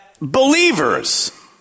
believers